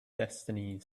destinies